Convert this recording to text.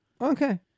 Okay